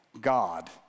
God